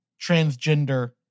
transgender